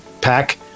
pack